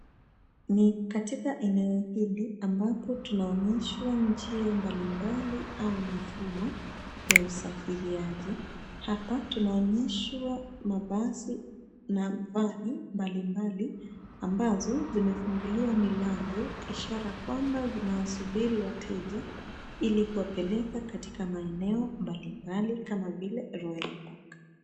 Ni katika eneo hili ambapo tunaonyeshwa njia mbalimbali au mifumo ya usafiriaji, hapa tunaonyeshwa mabasi na vani ambazo zimefunguliwa milango ishara kwamba zinawasubiri wateja ili kuwapeleka katika maeneo mbalimbali kama vile Royal Park .